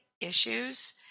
issues